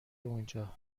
اونجا